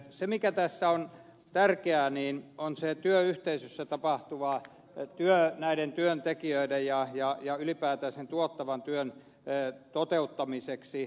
se mikä tässä on tärkeää on se työyhteisössä tapahtuva työ ylipäätään sen tuottavan työn toteuttamiseksi